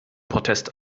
protest